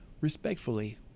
respectfully